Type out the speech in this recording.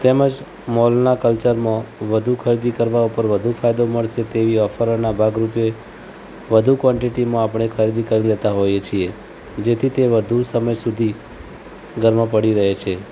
તેમજ મૉલનાં કલ્ચરમાં વધુ ખરીદી કરવા ઉપર વધુ ફાયદો મળશે તેવી ઑફરોનાં ભાગરૂપે વધુ ક્વૉન્ટિટીમાં આપણે ખરીદી કરી લેતા હોઈએ છીએ જેથી તે વધુ સમય સુધી ઘરમાં પડી રહે છે